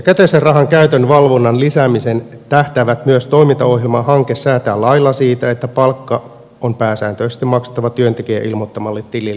käteisen rahan käytön valvonnan lisäämiseen tähtäävät myös toimintaohjelman hanke säätää lailla siitä että palkka on pääsääntöisesti maksettava työntekijän ilmoittamalle tilille